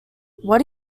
what